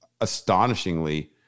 astonishingly